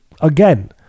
again